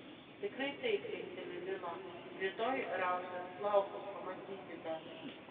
tikrai taip linkteli lila rytoj rausis plaukus pamatysite